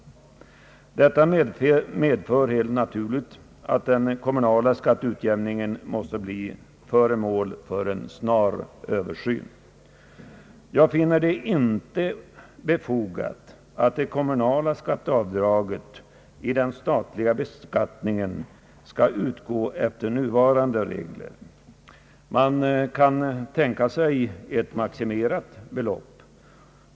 Detta medför helt naturligt att den kommunala skatteutjämningen måste bli föremål för en snar Översyn, Jag finner det inte befogat, att det kommunala skatteavdraget i den statliga beskattningen skall verkställas efter nuvarande regler. Man kan tänka sig ett maximerat belopp.